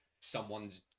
someone's